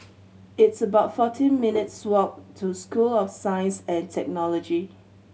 it's about forty minutes' walk to School of Science and Technology